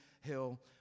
Hill